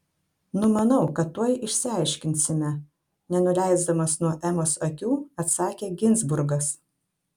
numanau kad tuoj išsiaiškinsime nenuleisdamas nuo emos akių atsakė ginzburgas